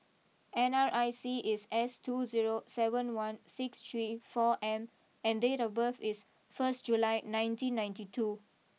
N R I C is S two zero seven one six three four M and date of birth is first July nineteen ninety two